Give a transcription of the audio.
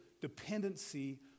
dependency